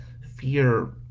Fear